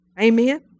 Amen